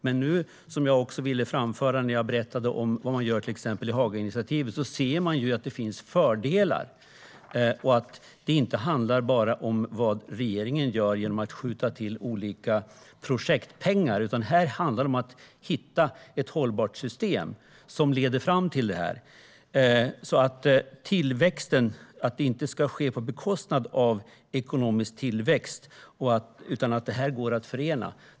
Men nu - detta ville jag också framföra när jag berättade om vad man gör i till exempel Hagainitiativet - ser man att det finns fördelar och att det inte handlar bara om vad regeringen gör genom att skjuta till olika projektpengar. Det handlar om att hitta ett hållbart system som leder fram till detta. Det ska inte ske på bekostnad av ekonomisk tillväxt, utan det här går att förena.